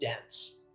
dense